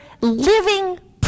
living